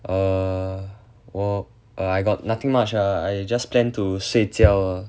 err 我 err I got nothing much ah I just planned to 睡觉